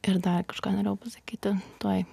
ir dar kažką norėjau pasakyti tuoj